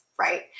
Right